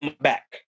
back